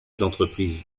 d’entreprise